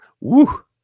Woo